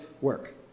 work